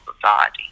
society